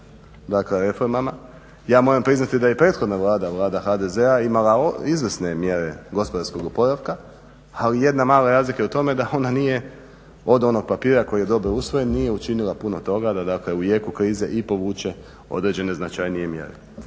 Ja moram priznati da je i prethodna Vlada, Vlada HDZ-a imala izvrsne mjere gospodarskog oporavka ali jedna mala razlika je u tome da ona nije od onog papira koji je dobro usvojen, nije učinila puno toga da u jeku krize i povuče određene značajnije mjere.